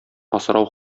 асрау